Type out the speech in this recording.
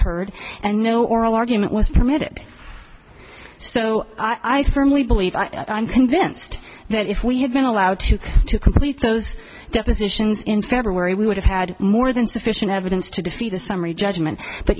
heard and no oral argument was permitted so i firmly believe i'm convinced that if we had been allowed to complete those depositions in february we would have had more than sufficient evidence to defeat a summary judgment but